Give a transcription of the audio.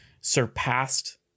surpassed